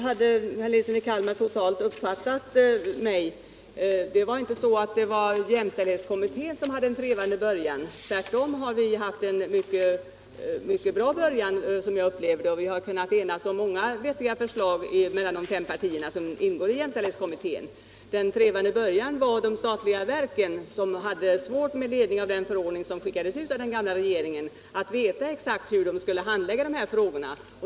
Herr Nilsson i Kalmar missuppfattade mig totalt. Det var inte jämställdhetskommittén som hade gjort en trevande början. Tvärtom har vi haft en mycket bra början, som jag upplever det, så att de fem partier som ingår i kommittén har kunnat enas om många vettiga förslag. Den trevande början stod de statliga verken för, som hade svårt att med ledning av den förordning som skickades ut av den förra regeringen veta hur de skulle handlägga dessa frågor.